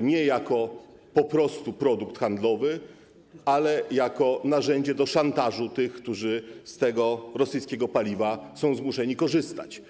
nie jako po prostu produkt handlowy, ale jako narzędzie szantażu tych, którzy z rosyjskiego paliwa są zmuszeni korzystać.